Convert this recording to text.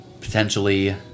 Potentially